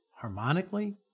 harmonically